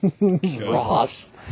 Ross